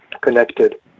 connected